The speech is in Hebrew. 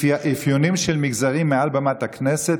אפיונים של מגזרים מעל במת הכנסת,